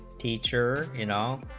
teacher you know